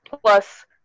plus